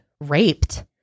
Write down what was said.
raped